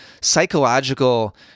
psychological